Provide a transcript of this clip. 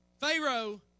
Pharaoh